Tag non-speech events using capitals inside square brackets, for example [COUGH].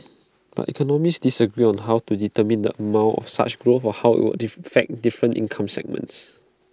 but economists disagree on how to determine the amount of such growth or how IT would [UNINTELLIGIBLE] different income segments